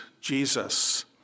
Jesus